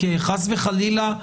חס וחלילה,